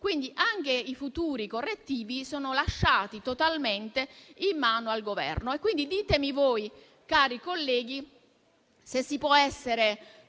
quindi anche i futuri correttivi sono lasciati totalmente in mano al Governo.